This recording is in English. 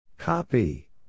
Copy